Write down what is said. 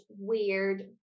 weird